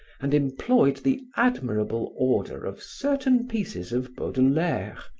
and employed the admirable order of certain pieces of baudelaire,